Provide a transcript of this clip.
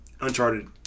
Uncharted